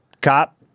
cop